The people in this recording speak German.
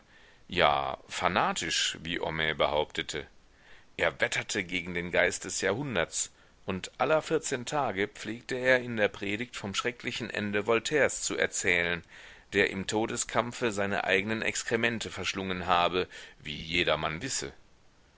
ja fanatisch wie homais behauptete er wetterte gegen den geist des jahrhunderts und aller vierzehn tage pflegte er in der predigt vom schrecklichen ende voltaires zu erzählen der im todeskampfe seine eignen exkremente verschlungen habe wie jedermann wisse